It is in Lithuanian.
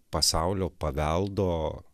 pasaulio paveldo